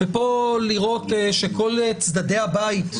ופה לראות שכל צדדי הבית,